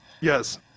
yes